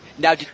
Now